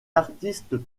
artistes